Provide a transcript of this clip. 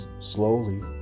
slowly